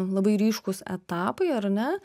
labai ryškūs etapai ar ne